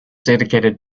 dedicated